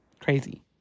crazy